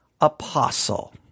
apostle